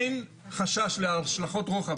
אין חשש להשלכות רוחב,